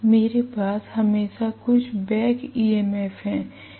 मेरे पास हमेशा कुछ बैक ईएमएफ है